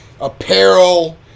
apparel